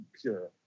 pure